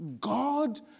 God